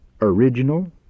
original